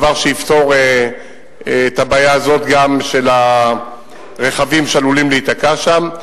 דבר שיפתור גם את הבעיה של הרכבים שעלולים להיתקע שם.